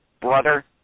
brother